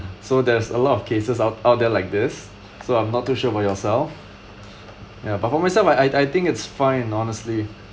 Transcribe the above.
so there's a lot of cases out out there like this so I'm not too sure about yourself ya but for myself I I I think it's fine honestly